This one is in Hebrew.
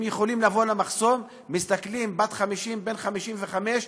הם יכולים לבוא למחסום, מסתכלים: בת 50, בן 55,